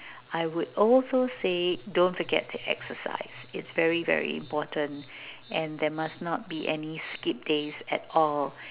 I would also say don't forget to exercise it's very very important and there must not be any skip days at all